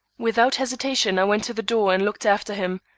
without hesitation i went to the door and looked after him.